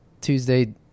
Tuesday